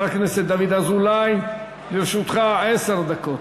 חבר הכנסת דוד אזולאי, לרשותך עשר דקות.